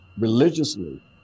religiously